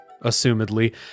assumedly